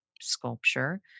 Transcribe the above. sculpture